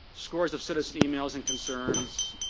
scores of citizen emails and concerns,